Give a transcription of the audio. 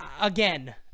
again